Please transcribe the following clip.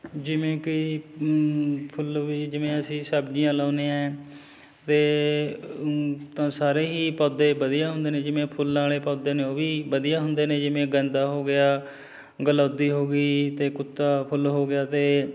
ਜਿਵੇਂ ਕਈ ਫੁੱਲ ਵੀ ਜਿਵੇਂ ਅਸੀਂ ਸਬਜ਼ੀਆਂ ਲਾਉਂਦੇ ਹਾਂ ਅਤੇ ਤਾਂ ਸਾਰੇ ਹੀ ਪੌਦੇ ਵਧੀਆ ਹੁੰਦੇ ਨੇ ਜਿਵੇਂ ਫੁੱਲਾਂ ਵਾਲੇ ਪੌਦੇ ਨੇ ਉਹ ਵੀ ਵਧੀਆ ਹੁੰਦੇ ਨੇ ਜਿਵੇਂ ਗੇਂਦਾ ਹੋ ਗਿਆ ਗਲੌਦੀ ਹੋ ਗਈ ਅਤੇ ਕੁੱਤਾ ਫੁੱਲ ਹੋ ਗਿਆ ਅਤੇ